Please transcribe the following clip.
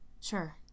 Sure